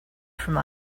from